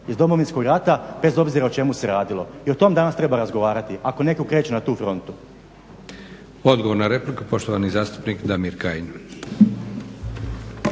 iz Domovinskog rata bez obzira o čemu se radilo i o tom danas treba razgovarati ako netko kreće na tu frontu. **Leko, Josip (SDP)** Odgovor na repliku, poštovani zastupnik Damir Kajin.